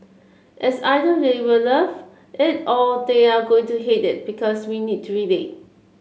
it's either they'll love it or they are going to hate it because we need to relate